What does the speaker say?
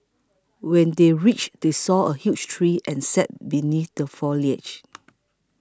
when they reached they saw a huge tree and sat beneath the foliage